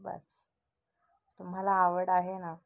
बस तुम्हाला आवड आहे ना